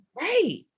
Right